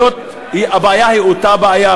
הבעיה היא אותה בעיה,